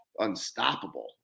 unstoppable